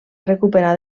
recuperar